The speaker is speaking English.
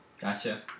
gotcha